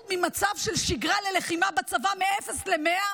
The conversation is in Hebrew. ממצב של שגרה ללחימה בצבא מאפס למאה,